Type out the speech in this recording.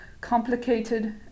complicated